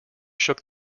shook